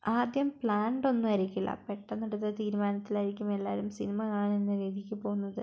ആദ്യം പ്ലാൻഡ് ഒന്നും ആയിരിക്കുകയില്ല പെട്ടെന്നനെടുത്ത തീരുമാനത്തിലായിരിക്കും എല്ലാരും സിനിമ കാണാൻ എന്ന രീതിക്ക് പോകുന്നത്